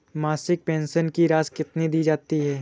मासिक पेंशन की राशि कितनी दी जाती है?